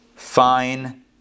fine